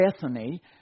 Bethany